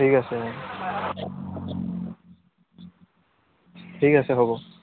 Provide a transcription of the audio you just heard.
ঠিক আছে ঠিক আছে হ'ব